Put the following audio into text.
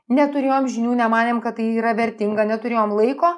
neturėjom žinių nemanėm kad tai yra vertinga neturėjom laiko